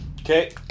Okay